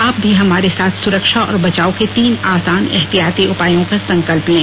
आप भी हमारे साथ सुरक्षा और बचाव के तीन आसान एहतियाती उपायों का संकल्प लें